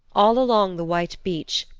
all along the white beach,